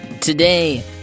Today